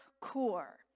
core